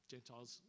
Gentiles